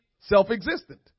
self-existent